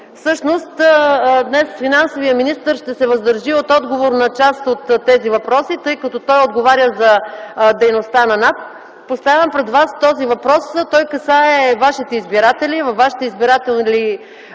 Всъщност, днес финансовият министър ще се въздържи от отговор от тези въпроси, тъй като той отговаря за дейността на НАП. Поставям пред вас този въпрос - той касае вашите избиратели във вашите избирателни